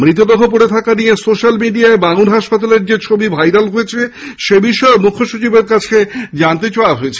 মৃতদেহ পড়ে থাকা নিয়ে সোশ্যাল মিডিয়ায় বাঙ্গুর হাসপাতালের যে ছবি ভাইরাল হয়েছে সে বিষয়েও মুখ্যসচিবের কাছে জানতে চাওয়া হয়েছে